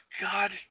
God